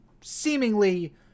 seemingly